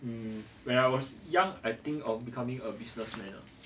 mm when I was young I think of becoming a business man ah